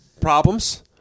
problems